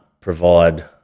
provide